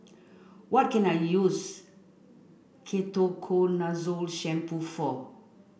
what can I use Ketoconazole shampoo for